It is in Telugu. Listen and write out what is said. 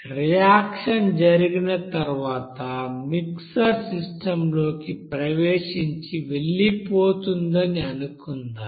రియాక్షన్ జరిగిన తరువాత మిక్సర్ సిస్టం లోకి ప్రవేశించి వెళ్లిపోతుందని అనుకుందాం